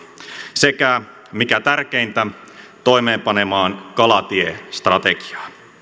sekä mikä tärkeintä toimeenpanemaan kalatiestrategiaa